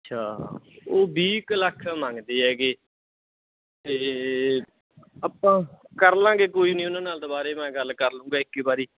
ਅੱਛਾ ਉਹ ਵੀਹ ਕੁ ਲੱਖ ਮੰਗਦੇ ਹੈਗੇ ਅਤੇ ਆਪਾਂ ਕਰ ਲਵਾਂਗੇ ਕੋਈ ਨਹੀਂ ਉਨ੍ਹਾਂ ਨਾਲ ਦੁਬਾਰਾ ਮੈਂ ਗੱਲ ਕਰ ਲਵਾਂਗਾ ਇੱਕ ਹੀ ਵਾਰੀ